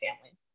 family